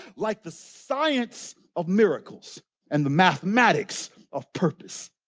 like the science of miracles and the mathematics of purpose,